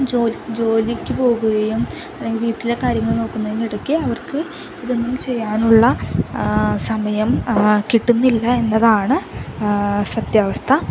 ജോലിക്കു പോകുകയും അല്ലെങ്കില് വീട്ടിലെ കാര്യങ്ങൾ നോക്കുന്നതിനിടയ്ക്ക് അവർക്ക് ഇതൊന്നും ചെയ്യാനുള്ള സമയം കിട്ടുന്നില്ല എന്നതാണ് സത്യാവസ്ഥ